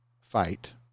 fight